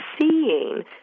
seeing